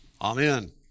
Amen